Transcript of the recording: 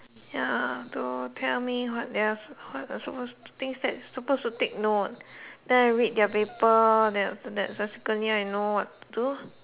ya to tell me what their suppose to things that are suppose to take note then I read their paper then after that subsequently I know what to do